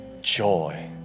Joy